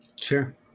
Sure